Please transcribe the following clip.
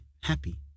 happy